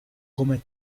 come